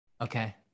Okay